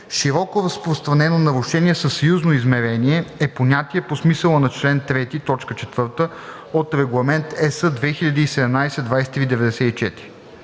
„Широко разпространено нарушение със съюзно измерение“ е понятие по смисъла на чл. 3, т. 4 от Регламент (ЕС) 2017/2394.